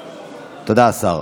תודה, השר.